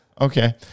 Okay